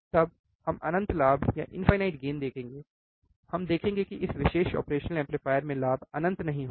तब हम अनंत लाभ देखेंगे हम देखेंगे की इस विशेष ऑपरेशनल एम्पलीफायर में लाभ अनंत नहीं होगा